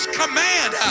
command